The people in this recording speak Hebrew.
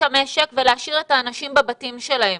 המשק ולהשאיר את האנשים בבתים שלהם.